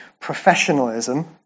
professionalism